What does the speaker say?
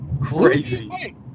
crazy